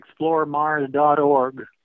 ExploreMars.org